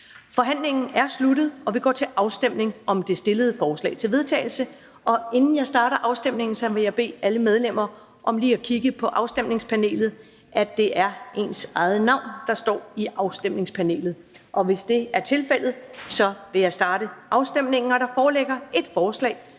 Forhandlingen er sluttet, og vi går til afstemning om det stillede forslag til vedtagelse. Der foreligger et forslag. Inden jeg starter afstemningen, vil jeg bede alle medlemmer om lige at kigge på afstemningspanelet for at se, at det er ens eget navn, der står i afstemningspanelet. Hvis det er tilfældet, vil jeg starte afstemningen. Der stemmes om forslag